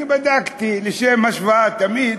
אני בדקתי, לשם השוואה, תמיד